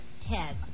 Ted